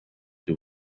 the